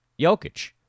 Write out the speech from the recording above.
Jokic